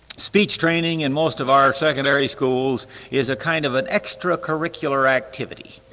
speech training in most of our secondary schools is a kind of an extracurricular activity,